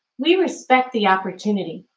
we respect the opportunity.